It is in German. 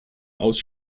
aus